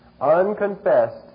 Unconfessed